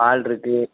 hall இருக்குது